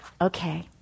Okay